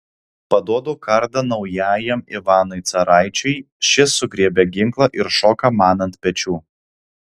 paduodu kardą naujajam ivanui caraičiui šis sugriebia ginklą ir šoka man ant pečių